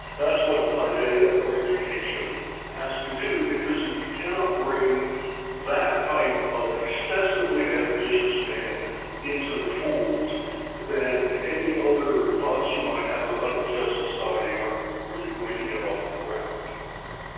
that's what paideia or education has to do because if you cannot bring that type of excessively ambitious man into the fold then any other thoughts you might have about a just society aren't really going to get off the ground okay,